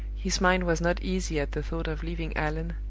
his mind was not easy at the thought of leaving allan,